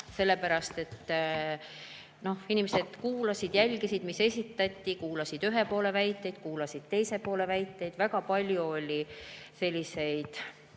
väga vähe, sest inimesed kuulasid ja jälgisid, mida esitati, kuulasid ühe poole väiteid, kuulasid teise poole väiteid, väga palju oli teaduslikke